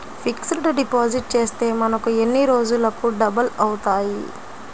Fixed deposit చేస్తే మనకు ఎన్ని రోజులకు డబల్ అవుతాయి?